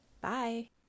Bye